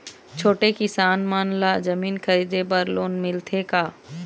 छोटे किसान मन ला जमीन खरीदे बर लोन मिलथे का?